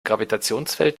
gravitationsfeld